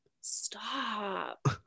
stop